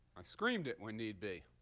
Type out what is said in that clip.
i screamed it when need be.